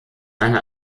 eine